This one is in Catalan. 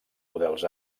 models